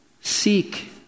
Seek